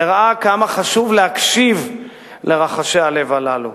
הראה כמה חשוב להקשיב לרחשי הלב הללו.